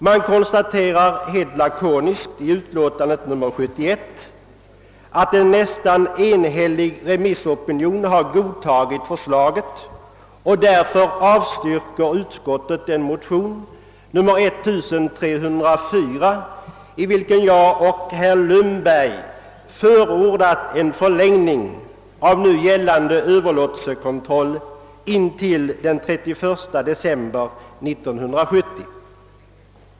Det konstateras helt lakoniskt i utlåtandet nr 71 att »en nästan enhällig remissopinion godtagit förslaget» och att utskottet därför avstyrker den motion, II: 1304, i vilken jag och herr Lundberg förordat en förlängning av nu gällande överlåtelsekontroll till den 31 december 1970.